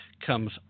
comes